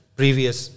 previous